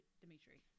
Dimitri